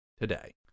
today